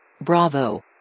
Bravo